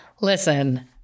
listen